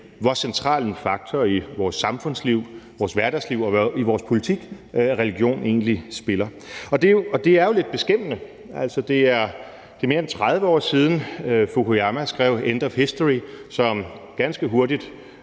hvor central en faktor i vores samfundsliv, vores hverdagsliv og i vores politik, religion egentlig er. Og det er jo lidt beskæmmende. Det er mere end 30 år siden, Fukuyama skrev »End of History and the